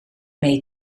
mee